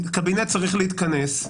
קבינט צריך להתכנס,